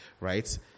right